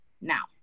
now